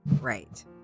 Right